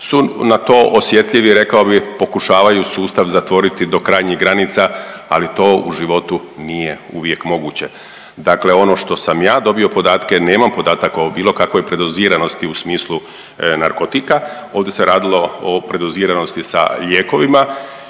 su na to osjetljivi, rekao bi pokušavaju sustav zatvoriti do krajnjih granica, ali to u životu nije uvijek moguće. Dakle ono što sam ja dobio podatke, nemam podataka o bilo kakvoj predoziranosti u smislu narkotika, ovdje se radilo o predoziranosti sa lijekovima